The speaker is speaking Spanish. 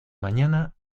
mañana